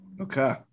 Okay